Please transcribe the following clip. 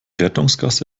rettungsgasse